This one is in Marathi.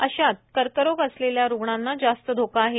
अशात कर्करोग कॅन्सर असलेल्या रुग्णांना जास्त धोका आहे